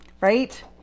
right